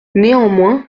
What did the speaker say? néanmoins